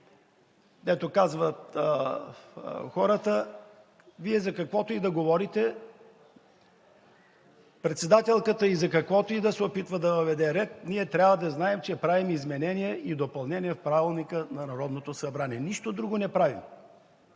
Дето казват хората – Вие за каквото и да говорите, председателката и за каквото и да се опитва да въведе ред, ние трябва да знаем, че правим изменение и допълнение в Правилника на Народното събрание. Нищо друго не правим.